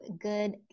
good